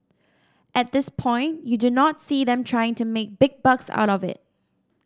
at this point you do not see them trying to make big bucks out of it